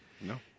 No